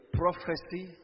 prophecy